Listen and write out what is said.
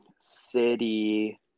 city